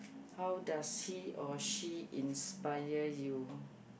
how does he or she inspire you